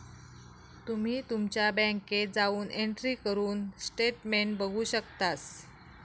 तुम्ही तुमच्या बँकेत जाऊन एंट्री करून स्टेटमेंट बघू शकतास